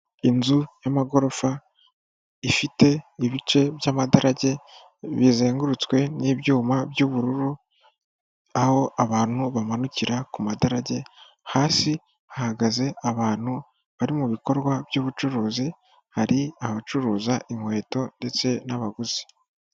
Inzu y'amagorofa ifite ibice by'amadarage, bizengurutswe n'ibyuma by'ubururu, aho abantu bamanukira ku madarage, hasi hahagaze abantu bari mu bikorwa by'ubucuruzi, hari abacuruza inkweto ndetse n'abaguzi.